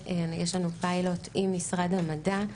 יש לנו פיילוט עם משרד המדע,